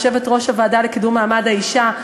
יושבת-ראש הוועדה לקידום מעמד האישה,